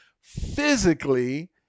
physically